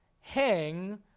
hang